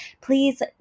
please